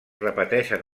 repeteixen